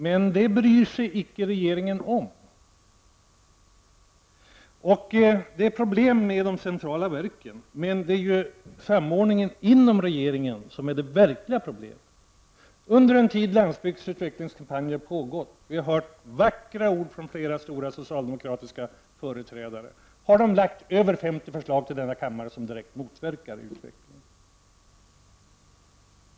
Men det bryr sig icke regeringen om. Det råder problem med de centrala verken. Men det är samordningen inom regeringen som är det verkliga problemet. Under den tid kampanjen för landsbygdens utveckling har pågått — och det har fällts vackra ord om den från flera tunga socialdemokratiska företrä dare — har över 50 förslag av socialdemokraterna framlagts för denna kammare som direkt motverkar utvecklingen.